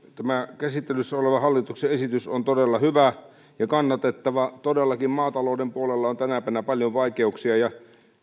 tämä käsittelyssä oleva hallituksen esitys on todella hyvä ja kannatettava todellakin maatalouden puolella on tänä päivänä paljon vaikeuksia ja